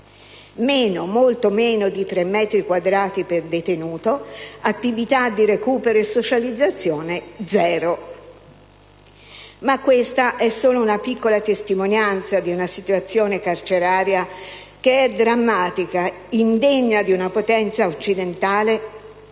meno, molto meno di 3 metri quadrati per detenuto; attività di recupero e socializzazione zero. Ma questa è solo una piccola testimonianza di una situazione carceraria che è drammatica, indegna di una potenza occidentale